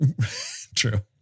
True